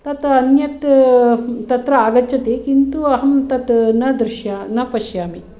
ततः अन्यत् तत्र आगच्छति किन्तु अहं तत् न दृश्य न पश्यामि